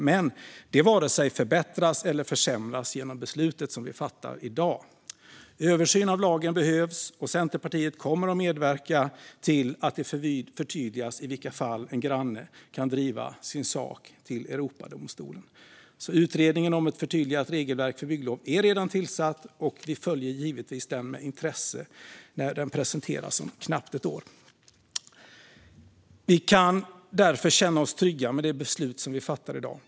Men det varken förbättras eller försämras genom det beslut som vi nu fattar. En översyn av lagen behövs, och Centerpartiet kommer att medverka till att det förtydligas i vilka fall en granne kan driva sin sak till Europadomstolen. Utredningen om ett förtydligat regelverk för bygglov är redan tillsatt, och vi ser givetvis med intresse fram emot när den presenteras om knappt ett år. Vi kan därför känna oss trygga med det beslut som vi nu fattar.